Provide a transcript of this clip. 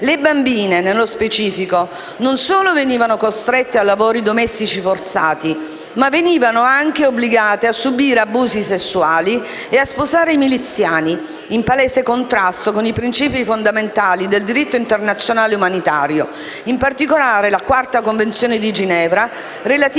Le bambine, nello specifico, non solo venivano costrette a lavori domestici forzati, ma venivano anche obbligate a subire abusi sessuali e a sposare i miliziani, in palese contrasto con i principi fondamentali del diritto internazionale umanitario, in particolare la IV Convenzione di Ginevra, relativa